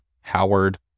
Howard